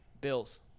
Bills